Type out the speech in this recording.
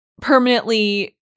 permanently